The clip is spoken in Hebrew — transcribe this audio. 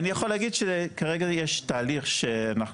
אני יכול להגיד שכרגע יש תהליך שאנחנו